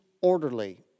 orderly